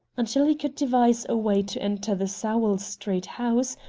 until he could devise a way to enter the sowell street house.